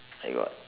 I got